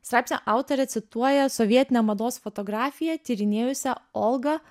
straipsnio autorė cituoja sovietinę mados fotografiją tyrinėjusią olgą